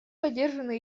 поддержана